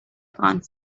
can’t